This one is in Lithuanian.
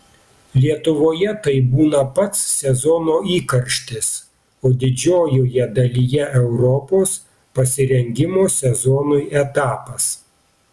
lietuvoje tai būna pats sezono įkarštis o didžiojoje dalyje europos pasirengimo sezonui etapas